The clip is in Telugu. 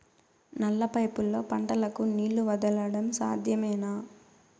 నల్ల పైపుల్లో పంటలకు నీళ్లు వదలడం సాధ్యమేనా?